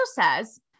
says